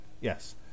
Yes